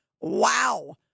Wow